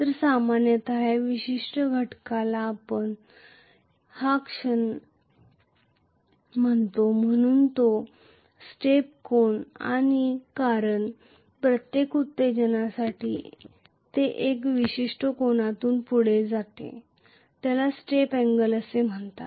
तर सामान्यत या विशिष्ट घटकाला आपण हा क्षण म्हणतो म्हणून तो स्टेप कोन आहे कारण प्रत्येक उत्तेजनासाठी ते एका विशिष्ट कोनातून पुढे जाते ज्याला स्टेप एंगल म्हणतात